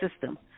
system